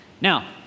Now